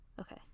Okay